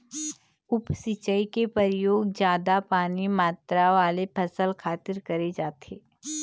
उप सिंचई के परयोग जादा पानी मातरा वाले फसल खातिर करे जाथे